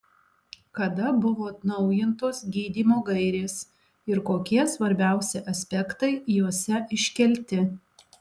kada buvo atnaujintos gydymo gairės ir kokie svarbiausi aspektai jose iškelti